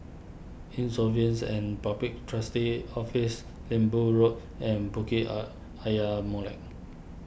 Insolvency and Public Trustee's Office Lembu Road and Bukit Are Ayer Molek